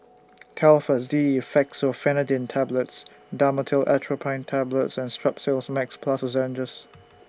Telfast D Fexofenadine Tablets Dhamotil Atropine Tablets and Strepsils Max Plus Lozenges